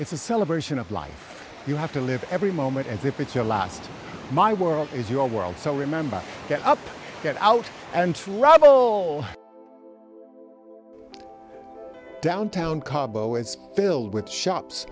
it's a celebration of life you have to live every moment as if it's your last my world is your world so remember get up get out and rob lowe downtown filled with shops